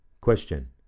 Question